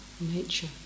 nature